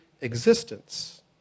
existence